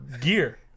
gear